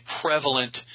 prevalent